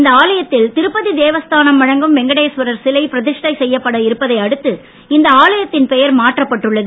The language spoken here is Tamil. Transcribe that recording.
இந்த ஆலயத்தில் திருப்பதி தேவஸ்தானம் வழங்கும் வெங்கடேஸ்வரர் சிலை பிரதிஷ்டை செய்யப்பட இருப்பதை அடுத்து இந்த ஆலயத்தின் பெயர் மாற்றப்பட்டு உள்ளது